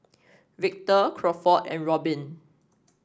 Victor Crawford and Robin